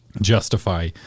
justify